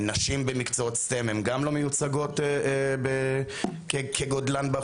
נשים במקצועות STEMהן גם לא מיוצגות כגודלן באוכלוסייה.